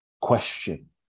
question